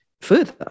Further